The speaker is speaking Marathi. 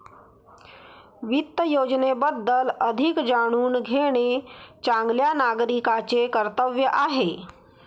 वित्त योजनेबद्दल अधिक जाणून घेणे चांगल्या नागरिकाचे कर्तव्य आहे